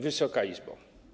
Wysoka Izbo!